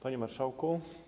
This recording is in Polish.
Panie Marszałku!